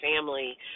family